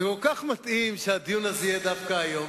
כל כך מתאים שהדיון הזה יהיה דווקא היום.